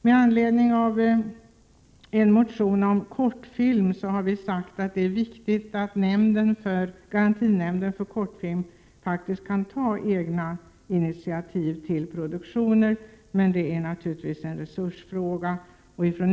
Med anledning av en motion om kortfilm har utskottet sagt att det är viktigt att garantinämnden för kortfilm kan ta egna initiativ till produktioner, men det är naturligtvis också en resursfråga.